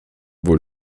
wohl